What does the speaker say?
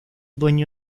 dueño